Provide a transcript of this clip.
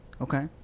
Okay